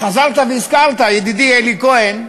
חזרת והזכרת, ידידי אלי כהן,